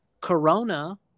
Corona